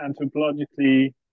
anthropologically